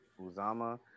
Uzama